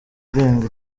irenga